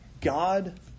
God